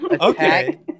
Okay